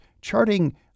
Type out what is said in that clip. charting